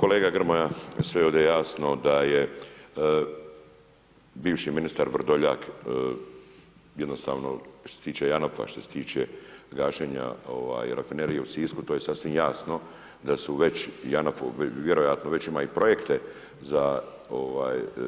Kolega Grmoja, sve je ovdje jasno, da je bivši ministar Vrdoljak, jednostavno što se tiče JANAF-a, što se tiče gašenja rafinerije u Sisku, to je sasvim jasno, da su već i JANAF-u vjerojatno već imaju i projekte za